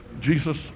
Jesus